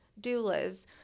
doulas